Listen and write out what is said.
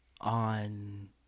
on